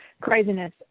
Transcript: craziness